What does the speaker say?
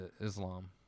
Islam